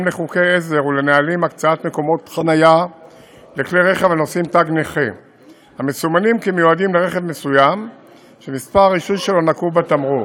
לרכב מסוים שמספר הרישוי שלו נקוב בתמרור.